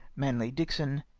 manley dixon.